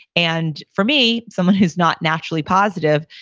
and for me, someone who's not naturally positive,